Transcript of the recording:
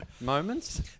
moments